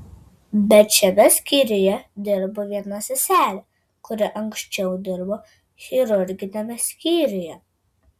bet šiame skyriuje dirba viena seselė kuri anksčiau dirbo chirurginiame skyriuje